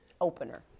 opener